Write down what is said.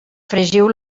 fregiu